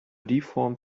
deformed